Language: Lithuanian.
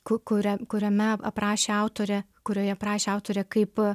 ku kurią kuriame aprašė autorė kurioje prašė autorė kaip